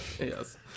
Yes